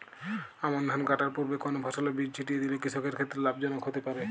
আমন ধান কাটার পূর্বে কোন ফসলের বীজ ছিটিয়ে দিলে কৃষকের ক্ষেত্রে লাভজনক হতে পারে?